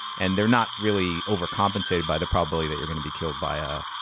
and they're not really over-compensated by the probability that you're gonna be killed by a,